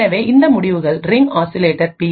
எனவே இந்த முடிவுகள் ரிங் ஆசிலேட்டர் பி